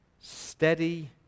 steady